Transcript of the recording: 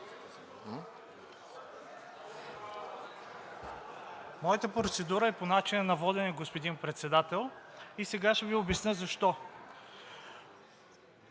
Моята процедура е по начина на водене, господин Председател, и сега ще Ви обясня защо.